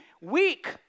weak